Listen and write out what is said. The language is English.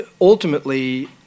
Ultimately